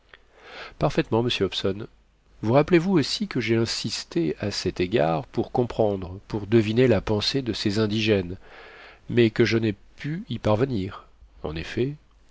parfaitement monsieur hobson vous rappelez-vous aussi que j'ai insisté à cet égard pour comprendre pour deviner la pensée de ces indigènes mais que je n'ai pu y parvenir en effet